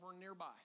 nearby